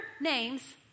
names